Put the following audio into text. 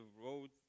road